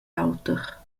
auter